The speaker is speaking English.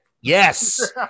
Yes